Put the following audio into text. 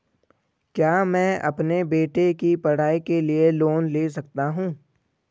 क्या मैं अपने बेटे की पढ़ाई के लिए लोंन ले सकता हूं?